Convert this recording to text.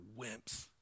wimps